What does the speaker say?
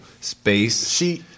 space